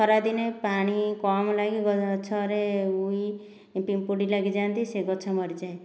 ଖରାଦିନେ ପାଣି କମ୍ ଲାଗି ଗଛରେ ଉଇ ପିମ୍ପୁଡ଼ି ଲାଗିଯାଆନ୍ତି ସେ ଗଛ ମରିଯାଏ